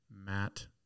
Matt